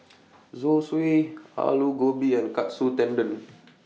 Zosui Alu Gobi and Katsu Tendon